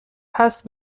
هست